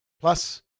Plus